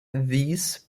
these